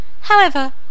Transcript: However